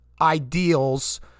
ideals